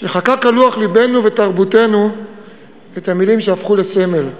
שחקק על לוח לבנו ותרבותנו את המילים שהפכו לסמל: